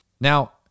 Now